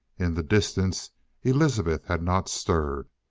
in the distance elizabeth had not stirred.